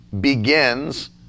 begins